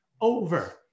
over